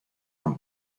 from